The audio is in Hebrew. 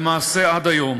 למעשה עד היום.